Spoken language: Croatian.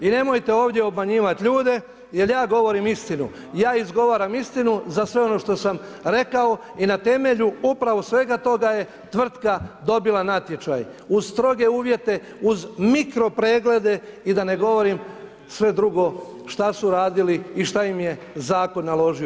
I nemojte ovdje obmanjivati ljude jer ja govorim istinu, ja izgovaram istinu za sve ono što sam rekao i na temelju upravo svega toga je tvrtka dobila natječaj, uz stroge uvjete, uz mikro preglede i da ne govorim sve drugo šta su radili i šta im je zakon naložio.